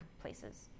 places